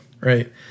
right